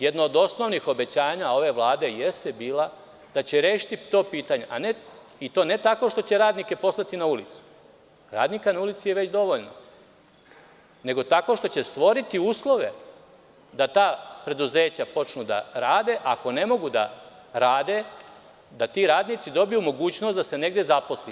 Jedno od osnovnih obećanja ove Vlade jeste bilo da će rešiti to pitanje i to ne tako što će radnike poslati na ulicu, radnika na ulici je već dovoljno, nego tako što će stvoriti uslove da ta preduzeća počnu da rade, a ako ne mogu da rade da ti radnici dobiju mogućnost da se negde zaposle.